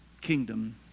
kingdom